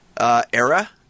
era